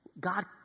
God